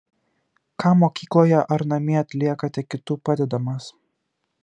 ką mokykloje ar namie atliekate kitų padedamas